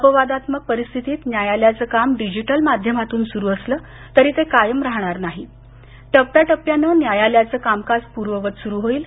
अपवादात्मक परिस्थितीत न्यायालयांचं काम डिजिटल माध्यमातून सूरू असलं तरी ते कायम राहणार नाही आणि टप्प्याटप्प्यानं न्यायालयाचं कामकाज पूर्ववत सुरू होईल